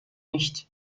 nicht